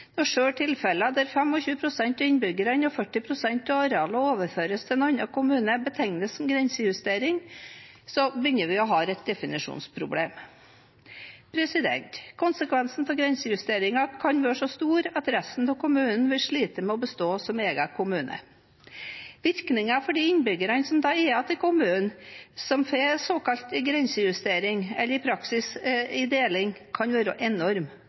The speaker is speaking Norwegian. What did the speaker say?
Når selv tilfeller der 25 pst. av innbyggerne og 40 pst. av arealet overføres til en annen kommune, betegnes som grensejustering, begynner vi å få et definisjonsproblem. Konsekvensene av grensejusteringer kan være så store at resten av kommunen vil slite med å bestå som egen kommune. Virkningen for de innbyggerne som er igjen i kommunen, og som får en såkalt grensejustering, eller i praksis en deling, kan være enorm.